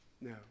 No